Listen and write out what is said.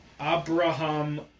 abraham